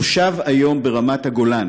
היום תושב ברמת הגולן,